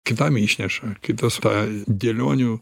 kitam išneša kitas tą dėlionių